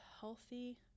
healthy